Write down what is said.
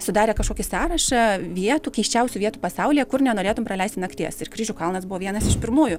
sudarė kažkokį sąrašą vietų keisčiausių vietų pasaulyje kur nenorėtum praleisti nakties ir kryžių kalnas buvo vienas iš pirmųjų